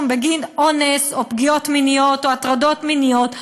בגין אונס או פגיעות מיניות או הטרדות מיניות,